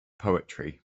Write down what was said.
poetry